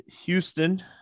Houston